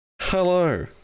Hello